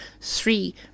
three